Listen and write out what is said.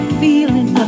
feeling